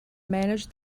manage